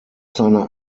seiner